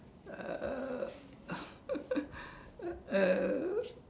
a a